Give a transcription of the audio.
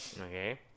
Okay